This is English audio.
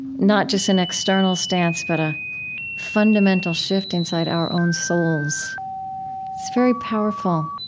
not just an external stance, but fundamental shift inside our own souls. it's very powerful.